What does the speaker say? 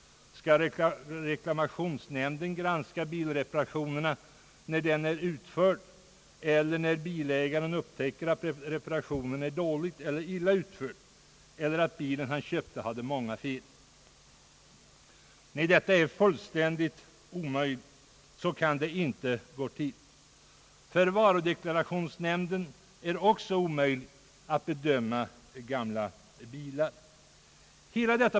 Skall reklamationsnämnden granska bilreparationen när den är utförd eller när bilägaren upptäcker att reparationen är illa utförd eller att bilen han köpte hade många fel? Nej, detta är fullständigt omöjligt; så kan det inte gå till. För varudeklarationsnämnden är det också omöjligt att bedöma gamla bilar.